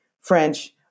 French